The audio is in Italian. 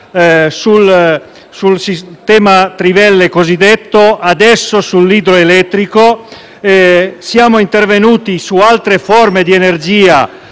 delle trivelle, adesso sull'idroelettrico. Siamo intervenuti su altre forme di energia